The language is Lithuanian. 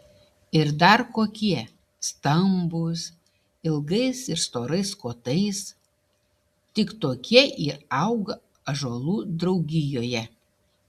ir dar kokie stambūs ilgais ir storais kotais tik tokie ir auga ąžuolų draugijoje